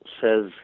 says